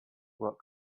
what